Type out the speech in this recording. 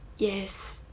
yes